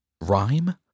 rhyme